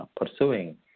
pursuing